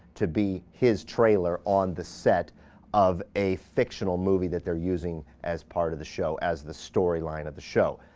to be his trailer on the set of a fictional movie that they're using as part of the show, as the storyline of the show.